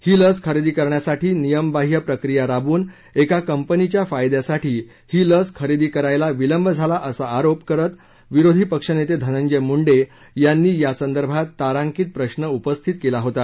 ही लस खरेदी करण्यासाठी नियमबाह्य प्रक्रिया राबवून एका कंपनीच्या फायद्यासाठी ही लस खरेदी करायला विलंब झाला असा आरोप करत विरोधी पक्षनेते धनंजय मुंडे यांनी यासंदर्भात तारांकित प्रश्न उपस्थित केला होता